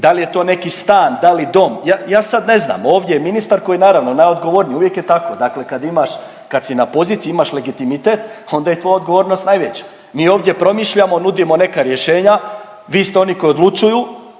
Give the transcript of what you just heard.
da li je to neki stan, da li dom, ja sad ne znam. Ovdje je ministar koji naravno je najodgovorniji, uvijek je tako dakle kad imaš kad si na poziciji imaš legitimitet, onda je tvoja odgovornost najveća. Mi ovdje promišljamo, nudimo neka rješenja, vi ste oni koji odlučuju,